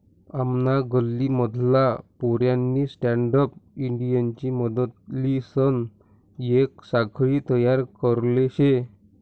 आमना गल्ली मधला पोऱ्यानी स्टँडअप इंडियानी मदतलीसन येक साखळी तयार करले शे